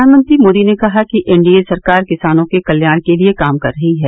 प्रधानमंत्री श्री मोदी ने कहा कि एन डी ए सरकार किसानों के कल्याण के लिए काम कर रही है